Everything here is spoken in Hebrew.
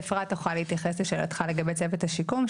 ואפרת תוכל להתייחס לשאלתך לגבי צוות השיקום,